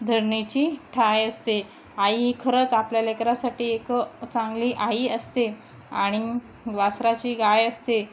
धर्ची ठाय असते आई ही खरंच आपल्या लेकरसाटी एक चांगली आई असते आणि वासराची गाय असते